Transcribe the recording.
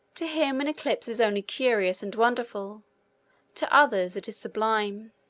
to him an eclipse is only curious and wonderful to others it is sublime.